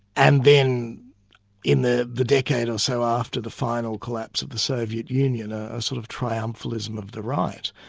and then in the the decade or so after the final collapse of the soviet union, a ah sort of triumphalism of the right.